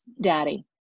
daddy